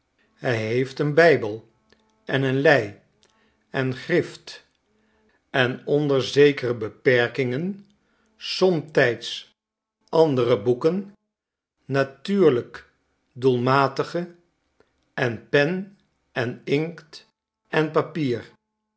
hij heeft een bijbel en een lei en grift en onder zekere beperkingen somtijds andere boeken natuurlijk doelmatige en pen en inkt en papier